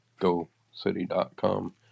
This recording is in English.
gocity.com